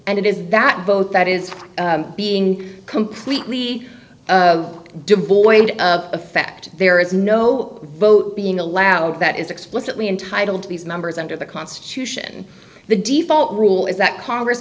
and it is that both that is being completely devoid of effect there is no vote being allowed that is explicitly entitled to these numbers under the constitution the default rule is that congress